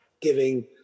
giving